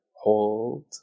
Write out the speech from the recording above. hold